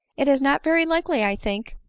it is not very likely, i think,